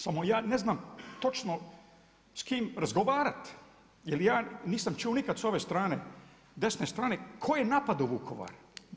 Samo ja ne znam točno s kim razgovarat jel na nisam nikad čuo s ove strane desne strane tko je napadao Vukovar.